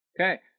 Okay